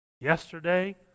Yesterday